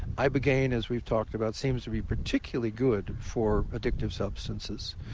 ibogaine as we've talked about seems to be particularly good for addictive substances.